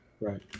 right